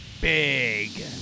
big